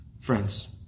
Friends